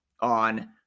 on